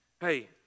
Hey